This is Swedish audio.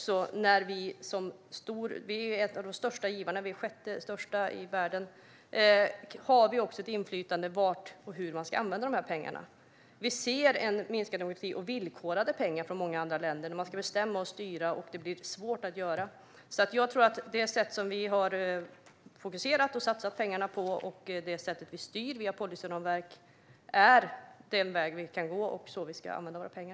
Som sjätte största givare i världen har vi ett inflytande över var och hur man ska använda dessa pengar. Vi ser en minskad demokrati och villkorade pengar från många andra länder. De vill bestämma och styra, och då blir det svårt. Jag tror att det sätt som vi fokuserar att satsa pengarna på och det sätt vi styr via policyramverk är den väg vi ska gå och använda våra pengar.